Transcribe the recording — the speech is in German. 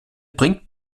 bringt